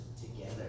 together